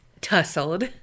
Tussled